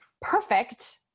perfect